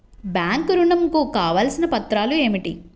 Bank ఋణం కు కావలసిన పత్రాలు ఏమిటి?